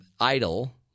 idle